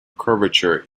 curvature